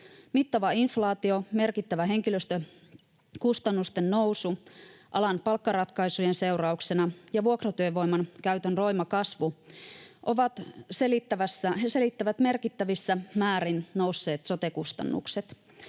Mittava inflaatio, merkittävä henkilöstökustannusten nousu alan palkkaratkaisujen seurauksena ja vuokratyövoiman käytön roima kasvu selittävät merkittävissä määrin nousseet sote-kustannukset.